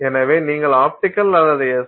எனவே நீங்கள் ஆப்டிகல் அல்லது எஸ்